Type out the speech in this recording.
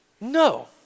No